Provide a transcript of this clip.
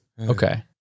Okay